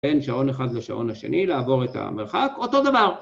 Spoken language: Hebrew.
בין שעון אחד לשעון השני לעבור את המרחק, אותו דבר.